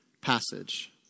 passage